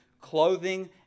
clothing